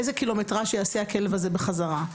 איזה קילומטרז' יעשה הכלב הזה בחזרה.